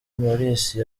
maurice